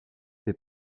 fait